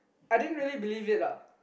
I didn't really believe it lah